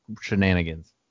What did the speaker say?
shenanigans